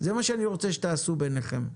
זה מה שאני רוצה שתעשו ביניכם.